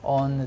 on